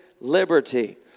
liberty